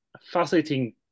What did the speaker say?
fascinating